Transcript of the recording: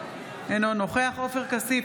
אינו נוכח עופר כסיף,